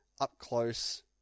up-close